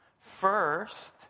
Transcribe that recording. First